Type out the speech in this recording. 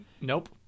nope